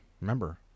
Remember